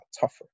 tougher